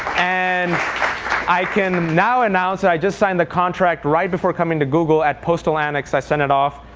and i can now announce that i just signed the contract right before coming to google at postal annex. i sent it off.